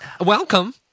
welcome